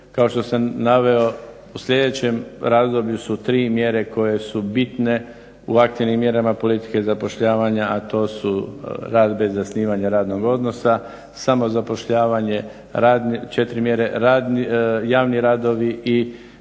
kao što sam već naveo u sljedećem razdoblju su tri mjere koje su bitne u aktivnim mjerama politike zapošljavanja, a to su rad bez zasnivanja radnog odnosa, samozapošljavanje, 4 mjere radni radovi i